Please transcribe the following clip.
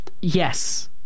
yes